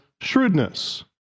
shrewdness